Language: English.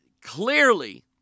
clearly